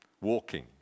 walking